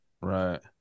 Right